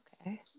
Okay